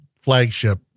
flagship